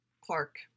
Clark